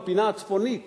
בפינה הצפונית